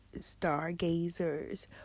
stargazers